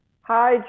Hi